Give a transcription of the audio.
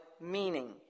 meaning